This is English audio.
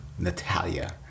Natalia